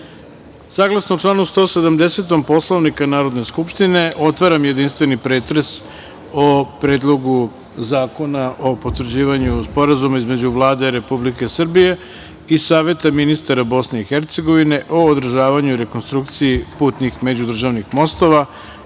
članu 170. Poslovnika Narodne skupštine, otvaram jedinstveni pretres o Predlogu zakona o potvrđivanju Sporazuma između Vlade Republike Srbije i Saveta ministara Bosne i Hercegovine o održavanju i rekonstrukciji putnih međudržavnih mostova